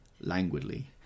languidly